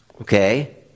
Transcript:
Okay